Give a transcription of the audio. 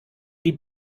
die